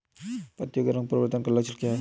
पत्तियों के रंग परिवर्तन का लक्षण क्या है?